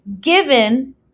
given